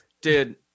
dude